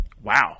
wow